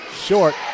Short